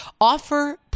offer